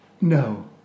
No